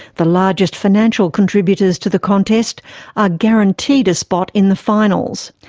the largest financial contributors to the contest are guaranteed a spot in the finals.